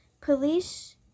Police